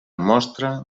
mostra